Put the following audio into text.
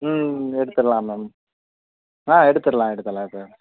ம் எடுத்துடலாம் மேம் ஆ எடுத்துடலாம் எடுத்துடலாம் எடுத்துடலாம்